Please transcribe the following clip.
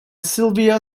silvia